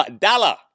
dollar